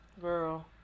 Girl